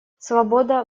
свобода